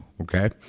okay